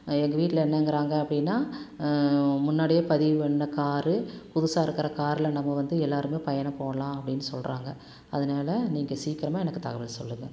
எங்கள் வீட்டில் என்னங்கிறாங்க அப்படின்னா முன்னாடியே பதிவு பண்ண காரு புதுசாக இருக்கிற காரில் நம்ம வந்து எல்லோருமே பயணம் போகலாம் அப்படின்னு சொல்கிறாங்க அதனால் நீங்கள் சீக்கிரமாக எனக்கு தகவல் சொல்லுங்கள்